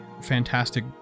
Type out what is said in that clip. fantastic